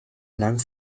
lang